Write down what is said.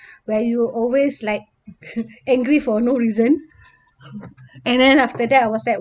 where you will always like angry for no reason and then after that I was like